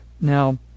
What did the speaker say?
Now